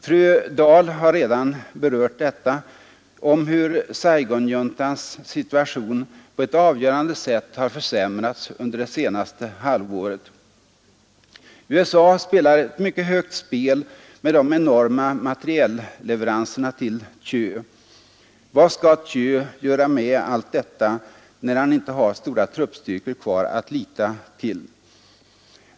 Fru Dahl har redan berört detta — hur Saigonjuntans situation på ett avgörande sätt har försämrats under det senaste halvåret. USA spelar ett mycket högt spel med de enorma materielleveranserna till Thieu. Vad skall Thieu göra med allt detta när han inte har stora truppstyrkor kvar att lita till?